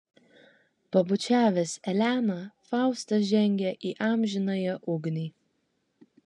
pabučiavęs eleną faustas žengia į amžinąją ugnį